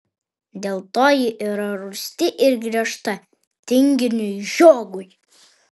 dėl to ji yra rūsti ir griežta tinginiui žiogui